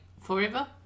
forever